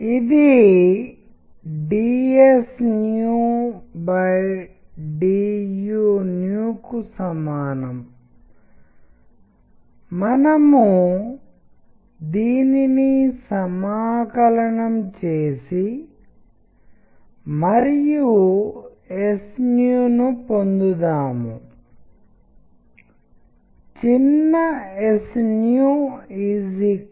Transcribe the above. concrete poetry శతాబ్దం మధ్యలో ఒక ముఖ్యమైన ఉద్యమంగా మారింది మరియు ఈ రకమైన కవిత్వంలో చాలా ప్రయోగాలు ఉన్నాయి అవి చిత్రాలు మరియు టెక్ట్స్ ను కలిపి చూపించాయి మరియు ఇక్కడ టెక్ట్స్ వాటికి అవే చిత్రాలుగా చుపించబడతాయి మరియు ఇది టెక్ట్స్ను యానిమేట్ గా చుపించినపుడు అవి కారాక్టర్స్ ను కలిగి ఉంటాయి